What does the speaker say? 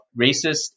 racist